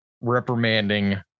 Reprimanding